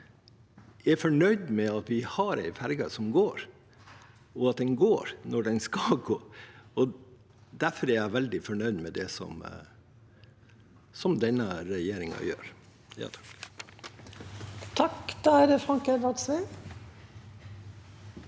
vi er fornøyd med at vi har en ferge som går, og at den går når den skal gå. Derfor er jeg veldig fornøyd med det denne regjeringen gjør. Frank Edvard Sve